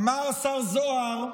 אמר השר זוהר,